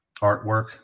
artwork